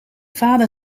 vader